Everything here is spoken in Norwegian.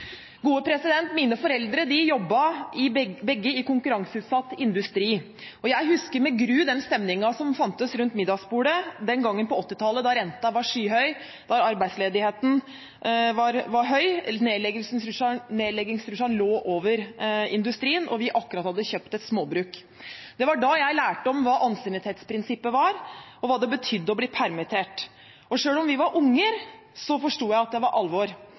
Mine foreldre jobbet begge i konkurranseutsatt industri. Jeg husker med gru den stemningen som var rundt middagsbordet den gangen på 1980-tallet da renten var skyhøy, arbeidsledigheten var høy, nedleggingstrusselen lå over industrien og vi akkurat hadde kjøpt et småbruk. Det var da jeg lærte hva ansiennitetsprinsippet var, og hva det betydde å bli permittert. Selv om vi var unger, forsto jeg at det var alvor.